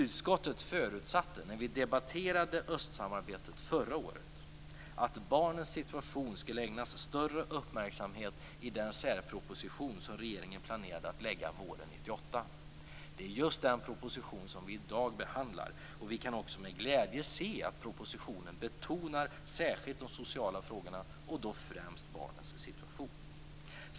Utskottet förutsatte när vi debatterade östsamarbetet förra året att barnens situation skulle ägnas större uppmärksamhet i den särproposition som regeringen planerade att lägga fram våren 1998. Det är just den proposition som vi i dag behandlar, och vi kan med glädje se att i propositionen betonas särskilt de sociala frågorna och då främst barnens situation.